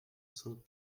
cent